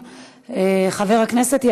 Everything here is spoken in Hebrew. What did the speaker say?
חבר הכנסת דב חנין.